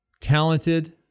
talented